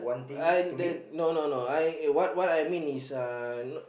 uh no no no I what what I mean is uh